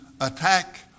attack